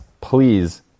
please